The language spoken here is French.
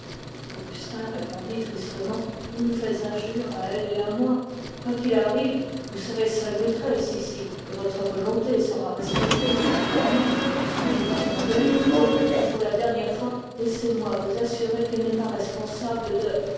augustin répondit tristement vous nous faites injure à elle et à moi quoi qu'il arrive vous serez seule maîtresse ici et votre volonté sera respectée mais puisque nous parlons d'elle oh pour la dernière fois laissez-moi vous assurer qu'elle n'est pas responsable de